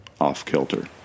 Off-kilter